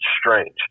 strange